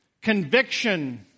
conviction